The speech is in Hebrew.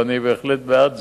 ואני בהחלט בעד זה,